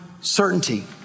certainty